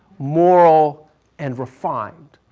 moral and refined.